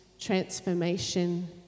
transformation